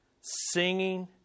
singing